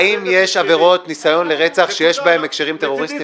האם יש עבירות ניסיון לרצח שיש בהן הקשרים טרוריסטיים?